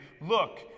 look